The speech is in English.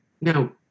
Now